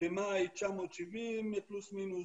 במאי 970 פלוס מינוס,